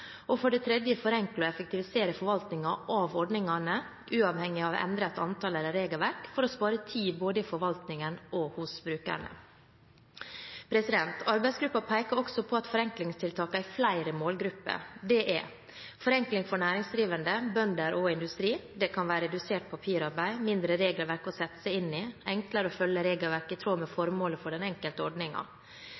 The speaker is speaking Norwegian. Forenkle og effektivisere forvaltningen av ordningene , for å spare tid både i forvaltningen og hos brukerne.» Arbeidsgruppen peker også på at forenklingstiltakene har flere målgrupper. Det er forenkling for næringsdrivende, bønder og industri. Det kan være redusert papirarbeid, mindre regelverk å sette seg inn i, enklere å følge regelverket i tråd med formålet for den enkelte